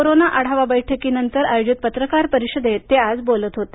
corona आढावा बैठकी नंतर आयोजित पत्रकार परिषदेत ते आज बोलत होते